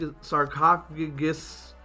Sarcophagus